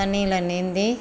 தண்ணியில் நீந்தி